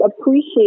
appreciate